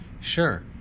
Sure